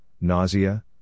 nausea